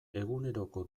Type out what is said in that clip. eguneroko